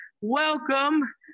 welcome